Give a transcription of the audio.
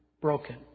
broken